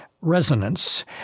resonance